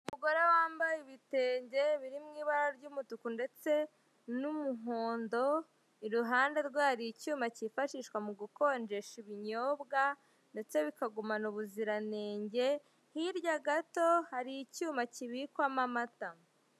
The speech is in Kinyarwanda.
Umugore wambaye ibitenge biri mu ibara ry'umutuku ndetse n'umuhondo, iruhande rwe hari icyuma kifashishwa mu gukonjesha ibinyobwa ndetse bikagumana ubuziranenge, hirya gato, hari icyuma kibikwamo amata.